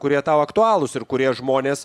kurie tau aktualūs ir kurie žmonės